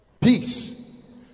Peace